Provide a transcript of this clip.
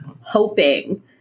hoping